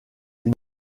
une